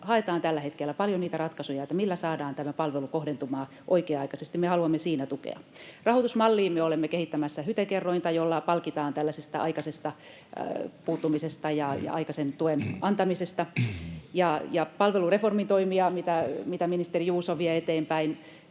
haetaan tällä hetkellä paljon niitä ratkaisuja, millä saadaan tämä palvelu kohdentumaan oikea-aikaisesti. Me haluamme siinä tukea. Rahoitusmalliin me olemme kehittämässä HYTE-kerrointa, jolla palkitaan tällaisesta aikaisesta puuttumisesta ja aikaisen tuen antamisesta. Ja palvelureformitoimia, mitä ministeri Juuso vie eteenpäin,